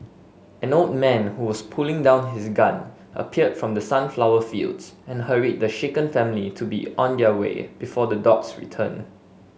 an old man who was putting down his gun appeared from the sunflower fields and hurried the shaken family to be on their way before the dogs return